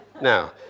Now